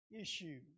issue